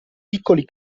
piccoli